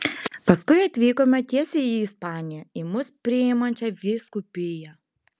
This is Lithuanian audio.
paskui atvykome tiesiai į ispaniją į mus priimančią vyskupiją